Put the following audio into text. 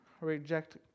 reject